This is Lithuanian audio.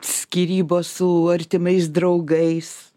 skyrybos su artimais draugais